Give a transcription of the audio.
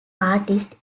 artist